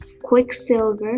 quicksilver